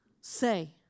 say